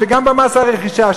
וגם במס הרכישה,